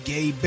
Gay